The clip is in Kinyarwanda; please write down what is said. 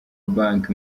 banki